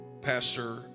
Pastor